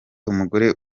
umugore